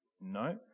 No